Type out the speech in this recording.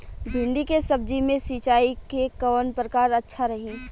भिंडी के सब्जी मे सिचाई के कौन प्रकार अच्छा रही?